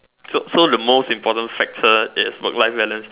so so the most important Factor is work life balance